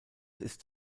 ist